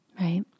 right